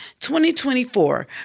2024